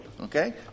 Okay